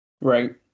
Right